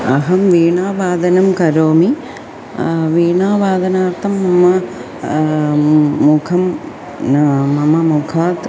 अहं वीणावादनं करोमि वीणावादनार्थं मम मुखं मम मुखात्